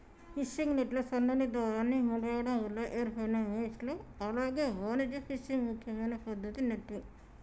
fishing నెట్లు సన్నని దారాన్ని ముడేయడం వల్ల ఏర్పడిన మెష్లు అలాగే వాణిజ్య ఫిషింగ్ ముఖ్యమైన పద్దతి నెట్టింగ్